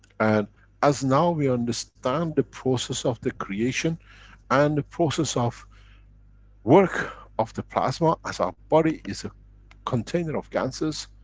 and as now we understand the process of the creation and the process of work of the plasma as our body is a container of ganses,